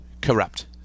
corrupt